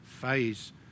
phase